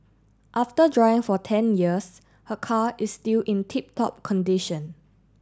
after drying for ten years her car is still in tip top condition